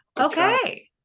okay